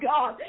God